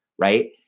right